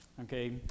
okay